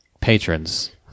patrons